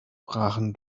brachen